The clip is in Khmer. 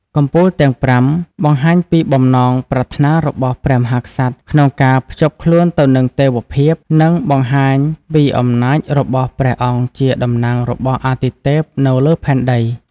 កំពូលទាំងប្រាំបង្ហាញពីបំណងប្រាថ្នារបស់ព្រះមហាក្សត្រក្នុងការភ្ជាប់ខ្លួនទៅនឹងទេវភាព និងបង្ហាញពីអំណាចរបស់ព្រះអង្គជាតំណាងរបស់អាទិទេពនៅលើផែនដី។